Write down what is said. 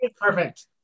Perfect